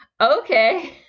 okay